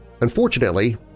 Unfortunately